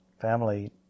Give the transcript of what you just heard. family